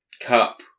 Cup